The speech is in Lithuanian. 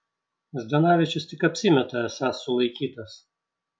zdanavičius tik apsimeta esąs sulaikytas